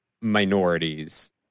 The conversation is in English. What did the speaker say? minorities